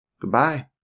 Goodbye